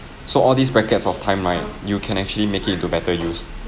so all these brackets of time right you can actually make it into better use